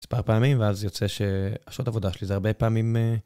מספר פעמים, ואז יוצא שהשעות עבודה שלי זה הרבה פעמים...